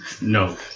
No